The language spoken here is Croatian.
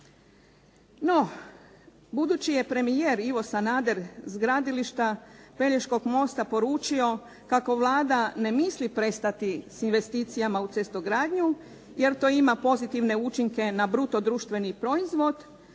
No, budući je premijer Ivo Sanader s gradilišta Pelješkog mosta poručio kako Vlada ne misli prestati s investicijama u cestogradnju jer to ima pozitivne učinke na bruto društveni proizvod,